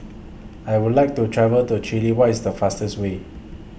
I Would like to travel to Chile What IS The fastest Way